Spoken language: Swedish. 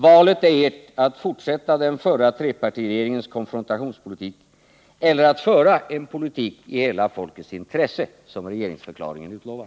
Valet är ert — att fortsätta den förra trepartiregeringens konfrontationspolitik eller att föra en politik i ”hela folkets intresse”, som regeringsförklaringen utlovar.